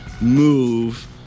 move